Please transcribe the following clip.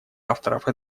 авторов